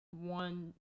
one